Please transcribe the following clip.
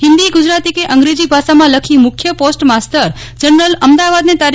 હિન્દી ગુજરાતી કે અંગ્રેજી ભાષામાં લખી મુખ્ય પોસ્ટ માસ્તર જનરલ અમદાવાદને તા